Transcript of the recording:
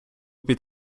під